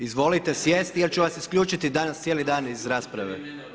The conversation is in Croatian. Izvolite sjesti, jer ću vas isključiti danas cijeli dan iz rasprave.